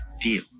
Deal